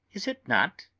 is it not?